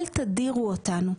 אל תדירו אותנו.